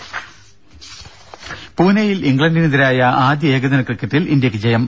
ദ്ദേ പൂനെയിൽ ഇംഗ്ലണ്ടിനെതിരായ ആദ്യ ഏകദിന ക്രിക്കറ്റിൽ ഇന്ത്യക്ക് ജയം